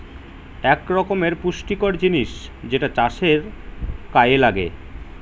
এক রকমের পুষ্টিকর জিনিস যেটা চাষের কাযে লাগে